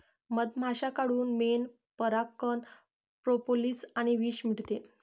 मधमाश्यांकडून मेण, परागकण, प्रोपोलिस आणि विष मिळते